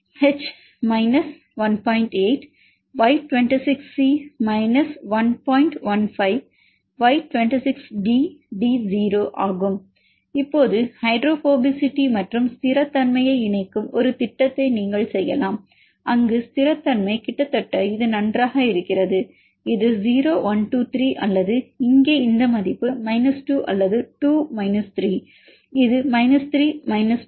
15 Y26D D 0 ஆகும் இப்போது hydrophobicity மற்றும் ஸ்திரத்தன்மையை இணைக்கும் ஒரு திட்டத்தை நீங்கள் செய்யலாம் அங்கு ஸ்திரத்தன்மை கிட்டத்தட்ட இது நன்றாக இருக்கிறது இது 0 1 2 3 அல்லது இங்கே இந்த மதிப்பு 2 அல்லது 2 3 இது 3 2 1 0 1 2